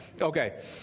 Okay